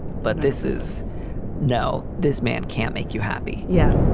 but this is no, this man can't make you happy. yeah.